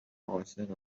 عاشق